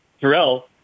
Terrell